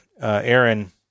Aaron